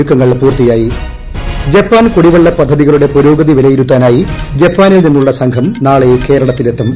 ഒരുക്കങ്ങൾ പൂർത്തിയായി ജപ്പാൻ കുടിവെള്ള പദ്ധിതികളുടെ പുരോഗതി ന് വിലയിരുത്താനായി ജപ്പാനിൽ നിന്നുള്ള സംഘം നാളെ കേരളത്തിലെത്തും